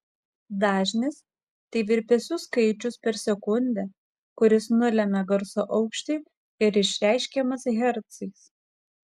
dažnis tai virpesių skaičius per sekundę kuris nulemia garso aukštį ir išreiškiamas hercais